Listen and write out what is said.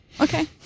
Okay